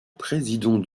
président